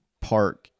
park